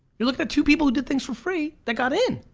you're looking at two people who did things for free that got in!